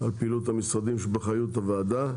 על פעילות המשרדים שבאחריות הוועדה.